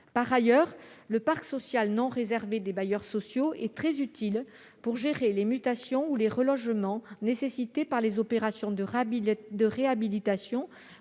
Par ailleurs, le parc social non réservé des bailleurs sociaux est très utile pour gérer les mutations ou les relogements nécessités par les opérations de réhabilitation